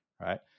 right